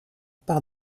par